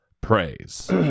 praise